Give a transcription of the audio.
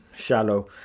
shallow